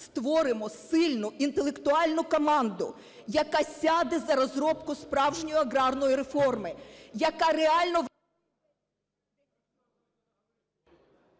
створимо сильну, інтелектуальну команду, яка сяде за розробку справжньої аграрної реформи, яка реально…